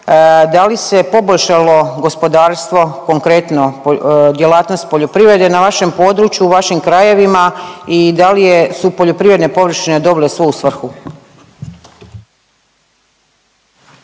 da li se poboljšalo gospodarstvo konkretno, djelatnost poljoprivrede na vašem području, u vašim krajevima i da li je su poljoprivredne površine dobile svoju svrhu?